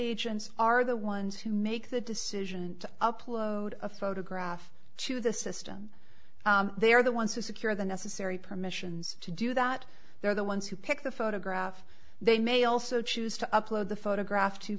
agents are the ones who make the decision to upload a photograph to the system they're the ones who secure the necessary permissions to do that they're the ones who pick the photograph they may also choose to upload the photograph to